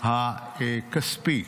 הכספי